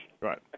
Right